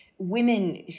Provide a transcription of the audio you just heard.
Women